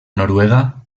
noruega